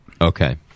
Okay